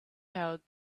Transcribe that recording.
out